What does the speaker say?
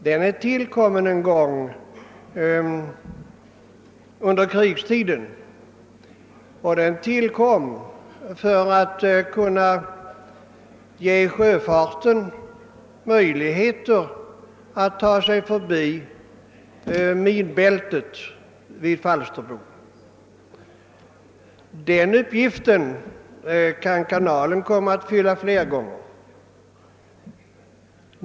Den tillkom under kriget för att möjliggöra för båtarna att ta sig förbi minfältet vid Falsterbo, och den uppgiften kan kanalen komma att fylla fler gånger.